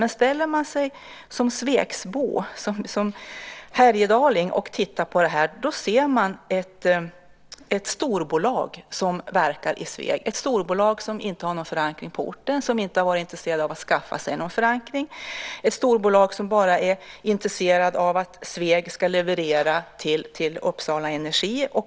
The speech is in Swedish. Men om man som svegbo, härjedaling, tittar på det här ser man ett storbolag som verkar i Sveg, ett storbolag som inte har någon förankring på orten och som inte har varit intresserat av att skaffa sig någon förankring, ett storbolag som bara är intresserat av att Sveg ska leverera energi till Uppsala Energi.